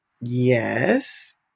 yes